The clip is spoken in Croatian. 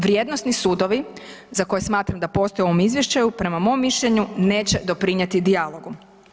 Vrijednosni sudovi za koje smatram da postoje u ovom Izvješćaju prema mom mišljenju neće doprinijeti dijalogu.